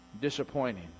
disappointing